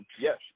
yes